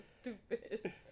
stupid